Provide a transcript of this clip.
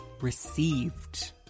received